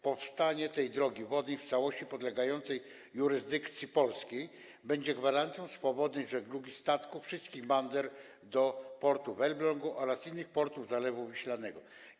Powstanie tej drogi wodnej, w całości podlegającej jurysdykcji polskiej, będzie gwarancją swobody żeglugi statków wszystkich bander do portu w Elblągu oraz innych portów Zalewu Wiślanego.